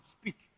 speak